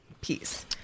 peace